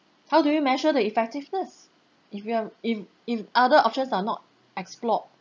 how do you measure the effectiveness if we are if if other options are not explored